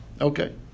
Okay